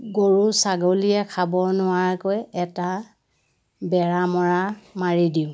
গৰু ছাগলীয়ে খাব নোৱাৰাকৈ এটা বেৰা মৰা মাৰি দিওঁ